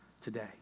today